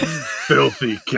Filthy